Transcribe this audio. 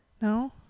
No